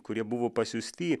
kurie buvo pasiųsti